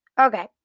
Okay